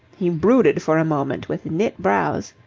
he brooded for a moment with knit brows.